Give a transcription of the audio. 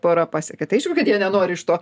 pora pasiekia tai aišku kad jie nenori iš to